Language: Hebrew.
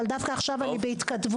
אבל דווקא עכשיו אני בהתכתבות.